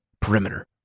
Perimeter